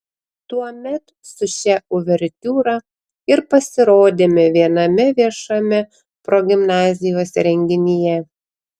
tuomet su šia uvertiūra ir pasirodėme viename viešame progimnazijos renginyje